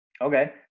Okay